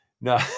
No